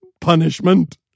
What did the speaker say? punishment